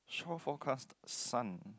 shore forecast sun